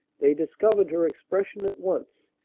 they discovered her expression at once,